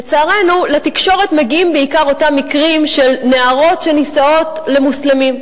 לצערנו לתקשורת מגיעים בעיקר אותם מקרים של נערות שנישאות למוסלמים.